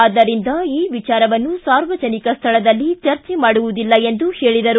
ಆದ್ದರಿಂದ ಈ ವಿಚಾರವನ್ನು ಸಾರ್ವಜನಿಕ ಸ್ವಳದಲ್ಲಿ ಚರ್ಚೆ ಮಾಡುವುದಿಲ್ಲ ಎಂದು ಹೇಳಿದರು